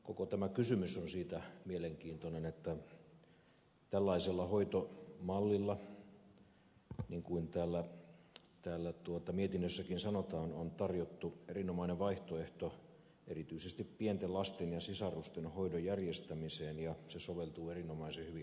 koko tämä kysymys on siitä mielenkiintoinen että tällaisella hoitomallilla niin kuin mietinnössäkin sanotaan on tarjottu erinomainen vaihtoehto erityisesti pienten lasten ja sisarusten hoidon järjestämiseen ja se soveltuu erinomaisen hyvin haja asutusalueille